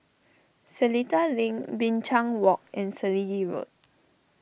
Seletar Link Binchang Walk and Selegie Road